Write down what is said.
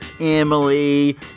Emily